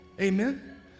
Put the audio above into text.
Amen